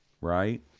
right